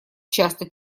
часто